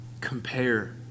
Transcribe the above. compare